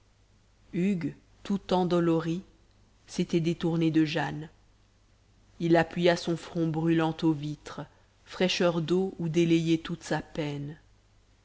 hugues tout endolori s'était détourné de jane il appuya son front brûlant aux vitres fraîcheur d'eau où délayer toute sa peine